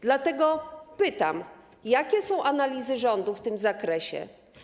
Dlatego pytam, jakie są analizy rządu w tym zakresie.